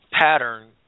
pattern